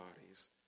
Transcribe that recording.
bodies